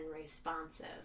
responsive